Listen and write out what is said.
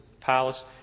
palace